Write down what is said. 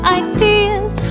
ideas